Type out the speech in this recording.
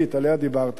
שעליה דיברת,